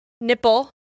nipple